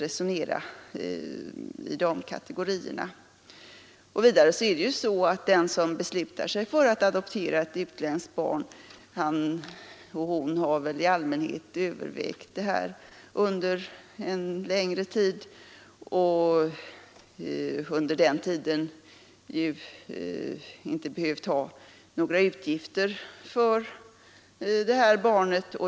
Vidare har väl de som beslutar sig för att adoptera ett utländskt barn i allmänhet övervägt saken under en längre tid och under den tiden inte behövt ha några utgifter för barnet.